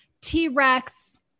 T-Rex